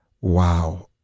wow